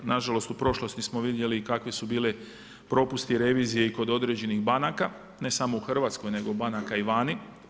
Na žalost u prošlosti smo vidjeli i kakvi su bili propusti revizije i kod određenih banaka, ne samo u Hrvatskoj, nego banaka i vani.